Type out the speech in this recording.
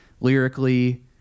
lyrically